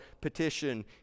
petition